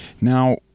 Now